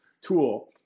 tool